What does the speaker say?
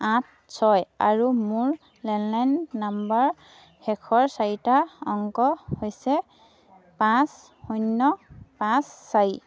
আঠ ছয় আৰু মোৰ লেণ্ডলাইন নম্বৰ শেষৰ চাৰিটা অংক হৈছে পাঁচ শূন্য পাঁচ চাৰি